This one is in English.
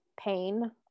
pain